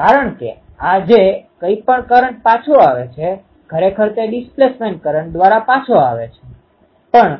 કારણ કે આ જે કંઇ પણ કરંટ પાછો આવે છે ખરેખર તે ડિસ્પ્લેસમેન્ટ કરન્ટ દ્વારા પાછો આવે છે પણ